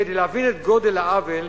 כדי להבין את גודל העוול,